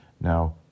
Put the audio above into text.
now